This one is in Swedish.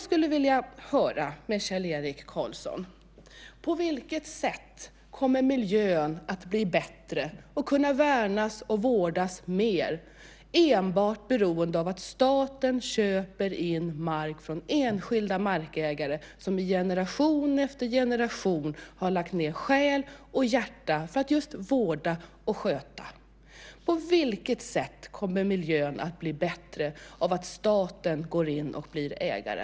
Jag vill fråga Kjell-Erik Karlsson: På vilket sätt kommer miljön att bli bättre och värnas och vårdas mer enbart beroende på att staten köper in mark från enskilda markägare som i generation efter generation har lagt ned själ och hjärta för att vårda och sköta? På vilket sätt kommer miljön att bli bättre av att staten går in och blir ägare?